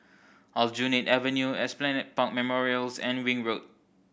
Aljunied Avenue Esplanade Park Memorials and Ring Road